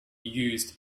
used